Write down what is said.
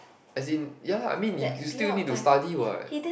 as in ya I mean you you still need to study what